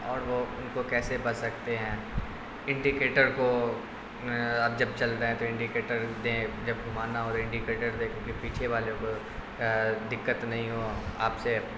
اور وہ ان کو کیسے بچ سکتے ہیں انڈیکیٹر کو آپ جب چل رہے ہیں تو انڈیکیٹر دیں جب گھمانا ہو تو انڈیکیٹر دیں کیونکہ پیچھے والے کو دقت نہیں ہو آپ سے